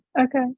okay